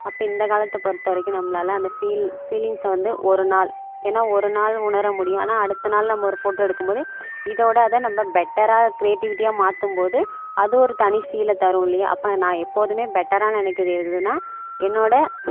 அப்போ இந்த காலத்தை பொறுத்த வரைக்கும் நம்மளால் அந்த ஃபீல் ஃபீலிங்ஸை வந்து ஒரு நாள் ஏன்னா ஒரு நாள் உணர முடியும் ஆனால் அடுத்த நாள் நம்ம ஒரு ஃபோட்டோ எடுக்கும்போது இதோட அதை நம்ம பெட்டராக கிரியேட்டிவிட்டியாக மாற்றும்போது அது ஒரு தனி ஃபீலை தரும் இல்லையா அப்போ நான் எப்போதுமே பெட்டராக நினைக்கிறது எதுன்னா என்னோட